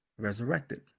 Resurrected